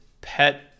pet